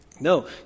No